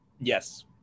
Yes